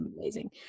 amazing